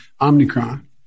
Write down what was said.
Omicron